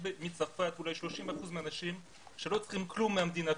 יש בצרפת אולי 30% מהאנשים שלא צריכים כלום מהמדינה,